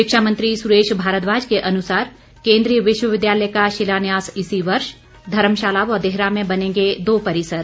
शिक्षा मंत्री सुरेश भारद्वाज के अनुसार केन्द्रीय विश्वविद्यालय का शिलान्यास इसी वर्ष धर्मशाला व देहरा में बनेंगे दो परिसर